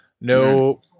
No